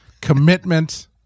commitment